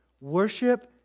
Worship